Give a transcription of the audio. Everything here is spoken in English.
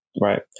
Right